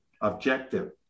objective